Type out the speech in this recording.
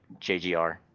JGR